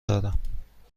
دارم